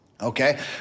okay